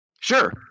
sure